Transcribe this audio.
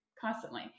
constantly